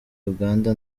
uganda